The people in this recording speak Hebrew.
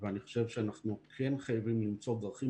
ואני חושב שאנחנו כן חייבים למצוא דרכים